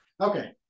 okay